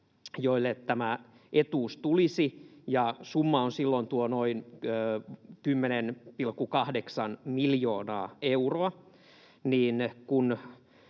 joille tämä etuus tulisi, ja summa on silloin noin 10,8 miljoonaa euroa.